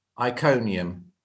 Iconium